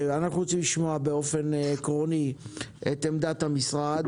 אנחנו רוצים לשמוע באופן עקרוני את עמדת המשרד